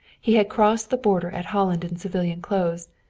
he had crossed the border at holland in civilian clothes,